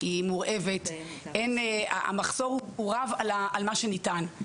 היא מורעבת, המחסור הוא רב על מה שניתן.